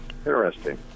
Interesting